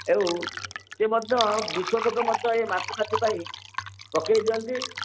ଏବଂ ସେ ମଧ୍ୟ ବିଶୋଧକ ମଧ୍ୟ ଏ ମାଛି ଫାଛି ପାଇଁ ପକେଇ ଦିଅନ୍ତି